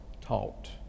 taught